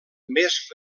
més